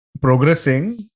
progressing